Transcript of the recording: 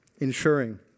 ensuring